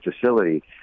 facility